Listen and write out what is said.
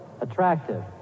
attractive